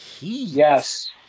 Yes